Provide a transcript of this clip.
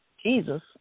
Jesus